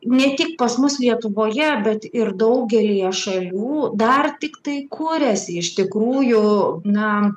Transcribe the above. ne tik pas mus lietuvoje bet ir daugelyje šalių dar tiktai kuriasi iš tikrųjų na